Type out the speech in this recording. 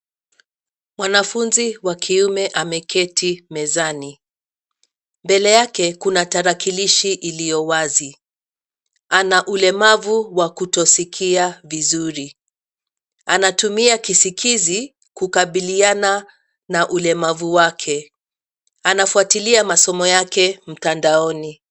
Mwanafunzi wa kiume ameketi mezani. Mbele yake kuna tarakilishi iliyo wazi. Ana ulemavu wa kutosikia vizuri. Anatumia kisikizi kukabiliana na ulemavu wake. Anafuatilia masomo yake mtandaoni.